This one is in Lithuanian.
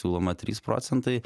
siūlomą trys procentai